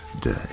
day